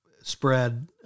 spread